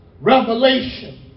revelation